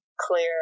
clear